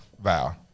vow